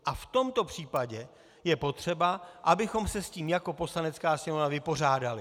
A v tomto případě je potřeba, abychom se s tím jako Poslanecká sněmovna vypořádali.